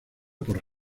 por